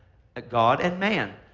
ah god and man.